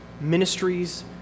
ministries